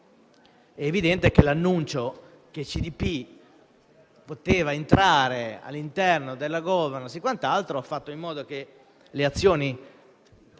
È evidente che l'annuncio che CDP poteva entrare all'interno della *governance* ha fatto in modo che le azioni